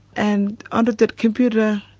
and under that computer